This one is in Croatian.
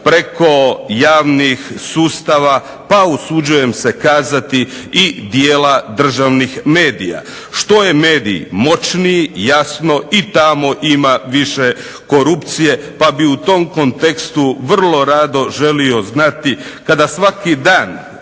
preko javnih sustava, pa usuđujem se kazati i dijela državnih medija, što je medij moćniji jasno i tamo ima više korupcije, pa bih u tom kontekstu vrlo radi želio znati, kada svaki dan